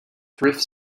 thrift